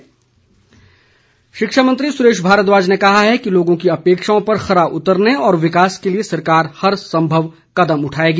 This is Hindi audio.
सुरेश भारद्वाज शिक्षा मंत्री सुरेश भारद्वाज ने कहा है कि लोगों की अपेक्षाओं पर खरा उतरने और विकास के लिए सरकार हर संभव कदम उठाएगी